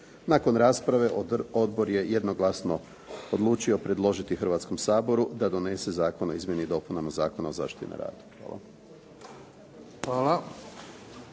Nakon rasprave odbor je jednoglasno odlučio predložiti Hrvatskom saboru da donese Zakon o izmjenama i dopunama Zakona o zaštiti na radu. Hvala.